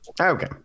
Okay